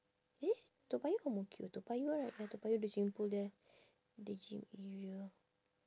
toa payoh or ang mo kio toa payoh right ah toa payoh the swimming pool there the gym area